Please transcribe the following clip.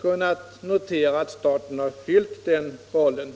kunnat notera att staten fyllt den rollen.